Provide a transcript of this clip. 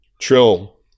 Trill